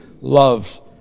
loves